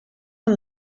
són